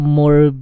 more